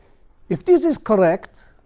if this is correct,